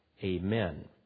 Amen